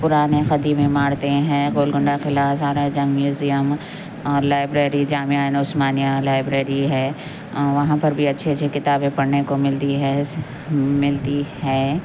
پرانے قدیم عمارتیں ہیں گول کنڈہ قلعہ سالار جنگ میوزیم لائبریری جامعہ این عثمانیہ لائبریری ہے وہاں پر بھی اچھے اچھے کتابیں پڑھنے کو ملتی ہے ملتی ہے